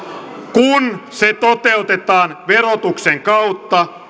kun se toteutetaan verotuksen kautta